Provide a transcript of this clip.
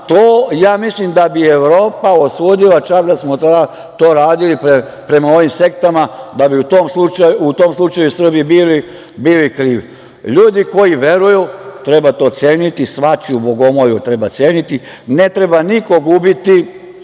to mislim da bi Evropa osudila, čak i da smo to radili prema ovim sektama, da bi i u tom slučaju Srbi bili krivi. Ljudi koji veruju, treba to ceniti, svačiju bogomolju treba ceniti. Ne treba nikoga ubiti